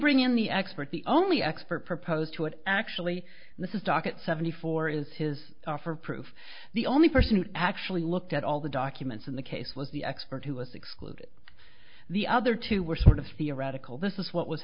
bring in the expert the only expert proposed to it actually this is docket seventy four is his offer proof the only person who actually looked at all the documents in the case was the expert to us exclude it the other two were sort of theoretical this is what was